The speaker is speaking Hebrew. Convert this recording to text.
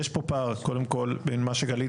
יש פה פער קודם כל בין מה שגלית,